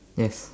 yes